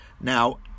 Now